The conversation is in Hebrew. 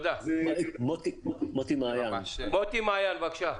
מוטי מעיין, בבקשה.